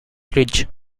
ridge